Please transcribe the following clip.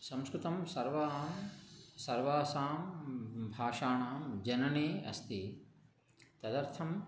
संस्कृतं सर्वां सर्वासां भाषाणां जननी अस्ति तदर्थम्